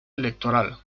electoral